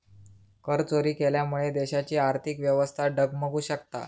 करचोरी केल्यामुळा देशाची आर्थिक व्यवस्था डगमगु शकता